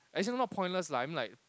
as in not pointless lah I mean like